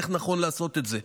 איך נכון לעשות את זה,